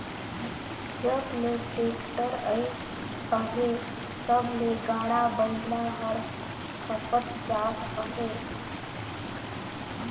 जब ले टेक्टर अइस अहे तब ले गाड़ा बइला हर छपत जात अहे